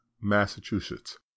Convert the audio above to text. Massachusetts